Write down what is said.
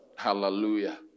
Hallelujah